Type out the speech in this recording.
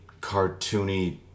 cartoony